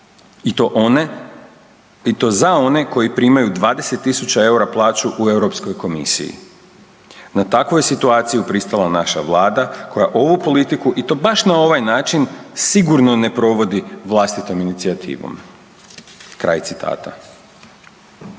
i to za one koji primaju 20.000 EUR-a plaću u Europskoj komisiji. Na takvu je situaciju pristala naša vlada koja ovu politiku i to baš na ovaj način sigurno ne provodi vlastitom inicijativom. Kraj citata.